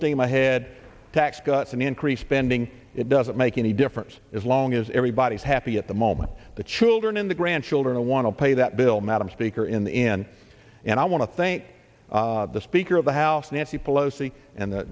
steam ahead tax cuts and increase spending it doesn't make any difference as long as everybody's happy at the moment the children and the grandchildren want to pay that bill madam speaker in the end and i want to thank the speaker of the house nancy pelosi and